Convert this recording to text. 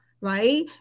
right